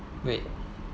wait